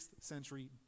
century